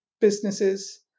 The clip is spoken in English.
businesses